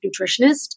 nutritionist